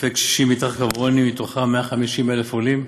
אלפי קשישים מתחת לקו העוני, מתוכם 150,000 עולים.